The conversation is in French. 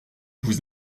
vous